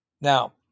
Now